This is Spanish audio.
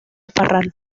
parral